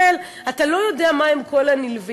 אתה לא יודע מה הם כל הנלווים.